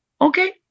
Okay